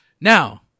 Now